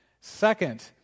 Second